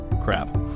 crap